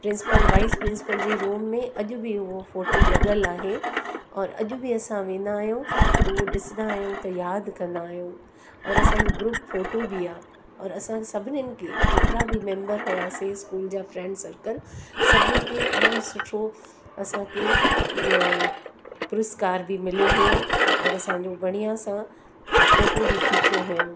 और vice principal जे room में अॼु बि उहो फोटू लॻियल आहे और अॼु बि असां वेंदा आहियूं त उहे ॾिसंदा आहियूं त याद कंदा आहियूं और असांजूं ग्रुप फोटू बि आहे और असां सभिनिनि खे जेतिरा बि मेम्बर हुआसीं स्कूल जा फ्रेंड सर्कल सभिनिनि खे इलाही सुठो असांखे पुरस्कार बि मिलियो हुओ और असांजो बढ़िया सां फोटू बि खीचियो हुओ